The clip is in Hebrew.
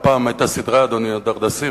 היתה פעם סדרה "הדרדסים",